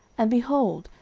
and, behold,